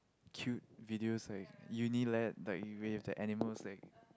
cute videos like Unilad but you will reveal the animal like